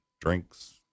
drinks